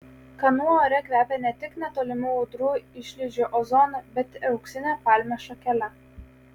kanų ore kvepia ne tik netolimų audrų išlydžių ozonu bet ir auksine palmės šakele